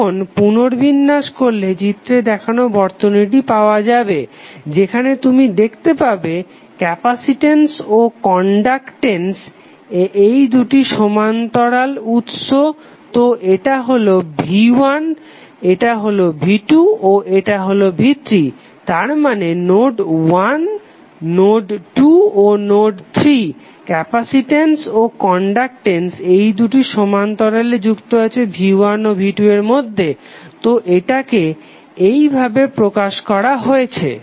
এখন পুনর্বিন্যাস করলে চিত্রে দেখানো বর্তনীটি পাওয়া যাবে যেখানে তুমি দেখতে পাবে ক্যাপাসিটেন্স ও কনডাকটেন্স এইদুটি সমান্তরাল উৎস তো এটা হলো v1 এটা হলো v2 ও এটা হলো v3 তারমানে নোড 1 নোড 2 ও নোড 3 ক্যাপাসিটেন্স ও কনডাকটেন্স এইদুটি সমান্তরালে যুক্ত আছে v1 ও v2 এর মধ্যে তো এটাকে এইভাবে প্রকাশ করা হয়েছে